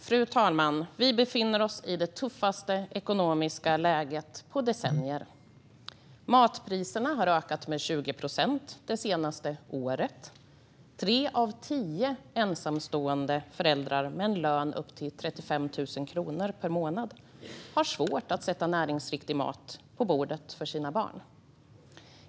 Fru talman! Vi befinner oss i det tuffaste ekonomiska läget på decennier. Matpriserna har ökat med 20 procent det senaste året. Tre av tio ensamstående föräldrar med en lön på upp till 35 000 kronor per månad har svårt att sätta näringsriktig mat på bordet för sina barn.